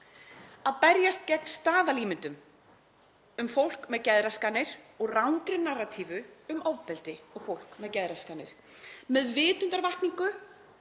að berjast gegn staðalímyndum um fólk með geðraskanir og rangri narratífu um ofbeldi og fólk með geðraskanir með vitundarvakningu